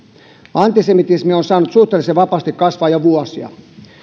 antisemitismi on saanut suhteellisen vapaasti kasvaa jo vuosia